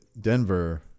denver